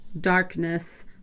darkness